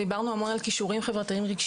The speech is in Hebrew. ודיברנו המון על כישורים חברתיים-רגשיים.